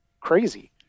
crazy